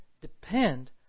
depend